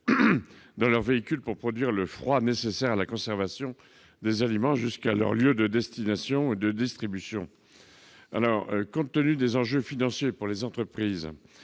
dans leurs véhicules, pour produire le froid nécessaire à la conservation des aliments jusqu'à leur lieu de distribution ou de consommation. Compte tenu des enjeux financiers pour les entreprises